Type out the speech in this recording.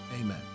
amen